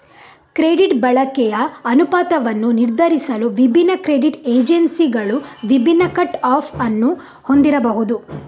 credit ಬಳಕೆಯ ಅನುಪಾತವನ್ನು ನಿರ್ಧರಿಸಲು ವಿಭಿನ್ನ ಕ್ರೆಡಿಟ್ ಏಜೆನ್ಸಿಗಳು ವಿಭಿನ್ನ ಕಟ್ ಆಫ್ ಅನ್ನು ಹೊಂದಿರಬಹುದು